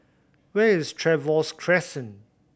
where is Trevose Crescent